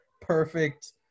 perfect